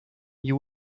you